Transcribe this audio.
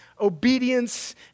obedience